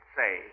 say